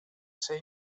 ser